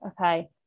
okay